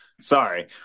sorry